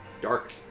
dark